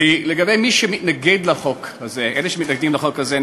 אלה שמתנגדים לחוק הזה,